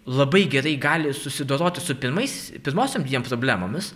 labai gerai gali susidoroti su pirmais pirmosiom dviem problemomis